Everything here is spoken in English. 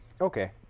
Okay